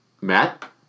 Matt